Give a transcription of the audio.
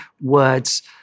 words